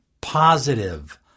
positive